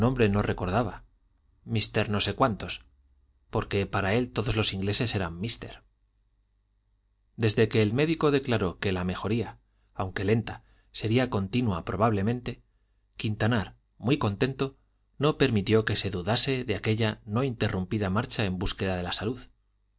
no recordaba mister no sé cuántos porque para él todos los ingleses eran mister desde que el médico declaró que la mejoría aunque lenta sería continua probablemente quintanar muy contento no permitió que se dudase de aquella no interrumpida marcha en busca de la salud